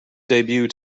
debut